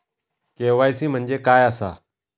KYC म्हणजे काय आसा?